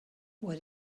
what